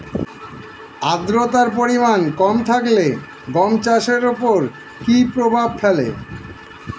আদ্রতার পরিমাণ কম থাকলে গম চাষের ওপর কী প্রভাব ফেলে?